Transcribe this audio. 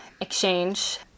exchange